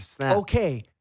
okay